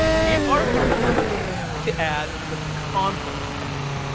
we are going to add the conference tag.